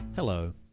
Hello